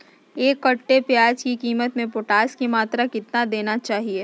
एक कट्टे प्याज की खेती में पोटास की मात्रा कितना देना चाहिए?